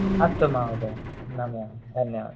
अस्तु महोदय नमः धन्यवादः